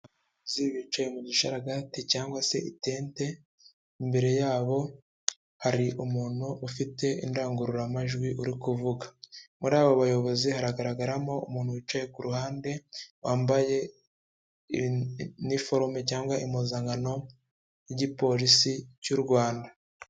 Abayobozi bicaye mu gisharagati cyangwa se itente, imbere yabo hari umuntu ufite indangururamajwi uri kuvuga, muri abo bayobozi haragaragaramo umuntu wicaye ku ruhande wambaye iniforume cyangwa impuzankano y'igipolisi cy'u Rwanda.